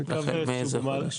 מאיזה חודש?